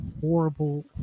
horrible